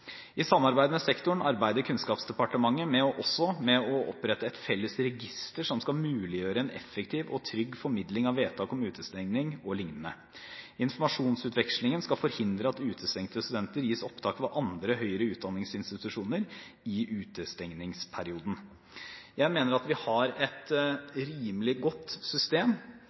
I samarbeid med sektoren arbeider Kunnskapsdepartementet også med å opprette et felles register som skal muliggjøre en effektiv og trygg formidling av vedtak om utestengning og lignende. Informasjonsutvekslingen skal forhindre at utestengte studenter gis opptak ved andre høyere utdanningsinstitusjoner i utestengningsperioden. Jeg mener at vi har et rimelig godt system,